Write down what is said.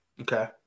Okay